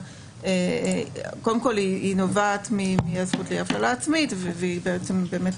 היא נובעת מהזכות לאי הפללה עצמית והיא חלק